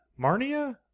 Marnia